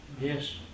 Yes